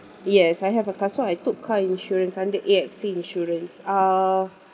yes I have a car so I took car insurance under A_X_A insurance uh